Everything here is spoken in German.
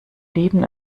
leben